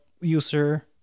user